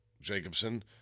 Jacobson